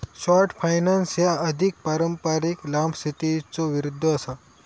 short finance ह्या अधिक पारंपारिक लांब स्थितीच्यो विरुद्ध असा